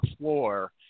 floor